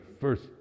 first